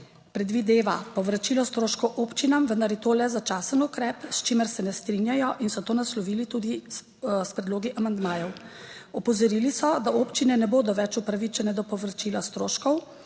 predvideva povračilo stroškov občinam, vendar je to le začasen ukrep, s čimer se ne strinjajo in so to naslovili tudi s predlogi amandmajev. Opozorili so, da občine ne bodo več upravičene do povračila stroškov,